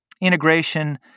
integration